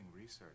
research